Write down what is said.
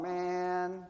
man